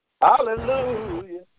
hallelujah